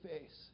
face